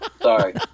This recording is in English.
Sorry